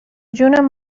جون